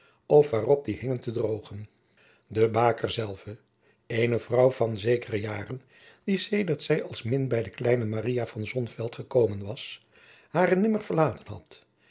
of waarop die hingen te droogen de baker zelve eene vrouw van zekere jaren die sedert zij als min bij de kleine maria van sonheuvel gekomen was haar nimmer verlaten had